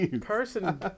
person